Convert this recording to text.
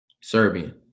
Serbian